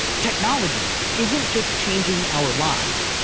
technology isn't just changing our lives.